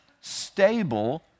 stable